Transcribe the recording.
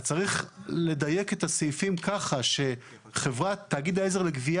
צריך לדייק את הסעיפים כך שתאגיד העזר לגבייה